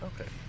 okay